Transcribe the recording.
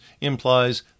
implies